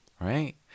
Right